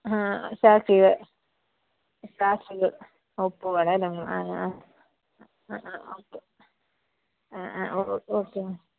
ആ സാക്ഷികൾ സാക്ഷികൾ ഒപ്പ് വേണം അല്ലെ ആ ആ ഓക്കേ ആ ആ ഓക്കേ മാം